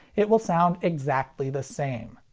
it will sound exactly the same.